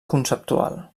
conceptual